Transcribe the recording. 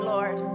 Lord